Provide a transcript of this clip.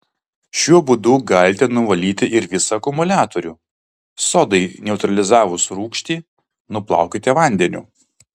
šiuo būdu galite nuvalyti ir visą akumuliatorių sodai neutralizavus rūgštį nuplaukite vandeniu